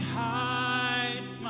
hide